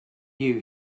you